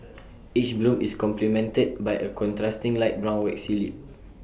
each bloom is complemented by A contrasting light brown waxy lip